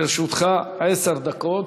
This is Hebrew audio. לרשותך עשר דקות.